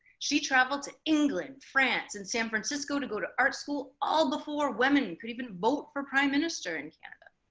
she travelled to england, france and san francisco to go to art school, all before women could even vote for prime minister in canada.